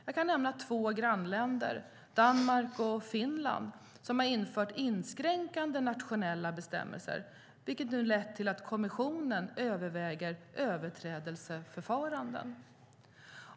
Jag kan nämna att två grannländer, Danmark och Finland, har infört inskränkande nationella bestämmelser, vilket lett till att kommissionen överväger överträdelseförfaranden.